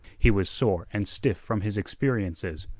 he was sore and stiff from his experiences.